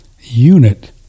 unit